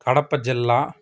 కడప జిల్లా